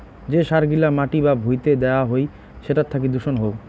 যে সার গিলা মাটি বা ভুঁইতে দেওয়া হই সেটার থাকি দূষণ হউ